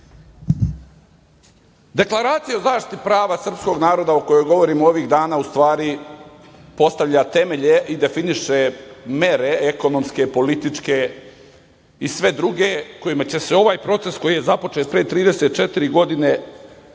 dan. Deklaracija o zaštiti prava srpskog naroda, o kojoj govorimo ovih dana, u stvari postavlja temelje i definiše mere ekonomske, političke i sve druge, kojima će se ovaj proces koji je započet pre 34 godine